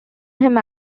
him